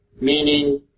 meaning